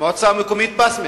המועצה המקומית בסמה.